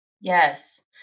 Yes